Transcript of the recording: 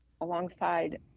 alongside